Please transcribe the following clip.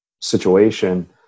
situation